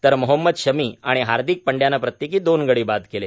तर मोहम्मद शमी आणि हार्दिक पंडयानं प्रत्येकी दोन गडी बाद केले